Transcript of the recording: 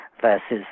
versus